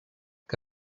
que